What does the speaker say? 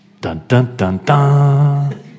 Dun-dun-dun-dun